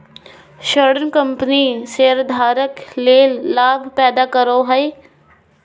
ऋण कंपनी शेयरधारक ले लाभ पैदा करो हइ